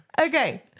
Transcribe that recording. Okay